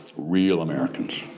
real americans.